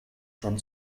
schon